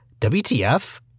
WTF